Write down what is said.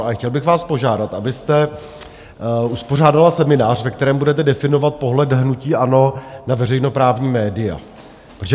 Ale chtěl bych vás požádat, abyste uspořádala seminář, ve kterém budete definovat pohled hnutí ANO na veřejnoprávní média.